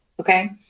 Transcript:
okay